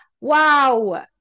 Wow